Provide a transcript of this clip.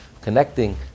connecting